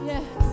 Yes